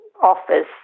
Office